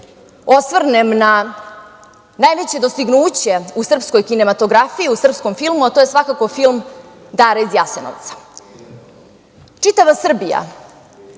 osvrnem na najveće dostignuće u srpskoj kinematografiji, u srpskom filmu, a to je svakako film „Dara iz Jasenovca“. Čitava Srbija